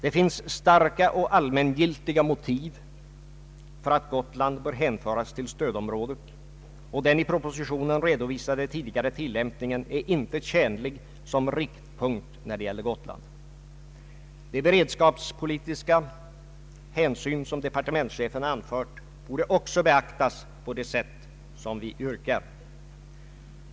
Det finns starka och allmängiltiga motiv för att Gotland bör hänföras till stödområdet, och den i propositionen redovisade tidigare tillämpningen är inte tjänlig som riktpunkt när det gäller Gotland. De beredskapspolitiska hänsyn som departementschefen anfört borde också beaktas på det sätt som vi yrkar.